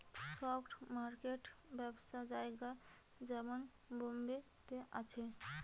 stock market ব্যবসার জায়গা যেমন বোম্বে তে আছে